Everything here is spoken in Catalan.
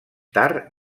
tard